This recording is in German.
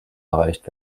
erreicht